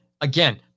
again